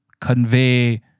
convey